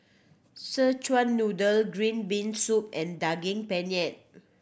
Szechuan Noodle green bean soup and Daging Penyet